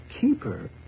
keeper